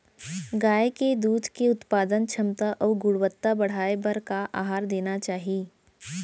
गाय के दूध के उत्पादन क्षमता अऊ गुणवत्ता बढ़ाये बर का आहार देना चाही?